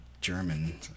German